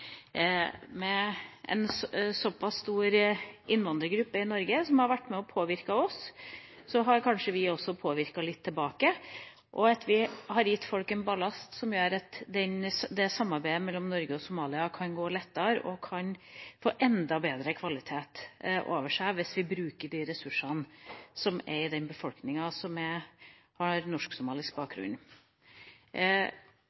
Med en såpass stor innvandrergruppe i Norge som har vært med og påvirket oss, har kanskje vi også påvirket litt tilbake, og gitt folk en ballast som gjør at samarbeidet mellom Norge og Somalia kan gå lettere og kan få enda bedre kvalitet hvis vi bruker de ressursene som er i den befolkningen som har norsk-somalisk bakgrunn. Og så er